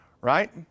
Right